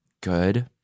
good